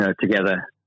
Together